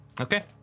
Okay